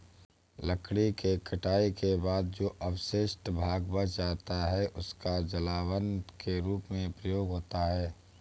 लकड़ी के कटाई के बाद जो अवशिष्ट भाग बच जाता है, उसका जलावन के रूप में प्रयोग होता है